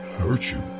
hurt you?